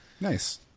Nice